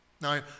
Now